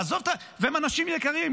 והם אנשים יקרים,